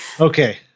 Okay